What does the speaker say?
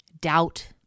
doubt